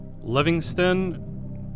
Livingston